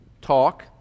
talk